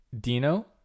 Dino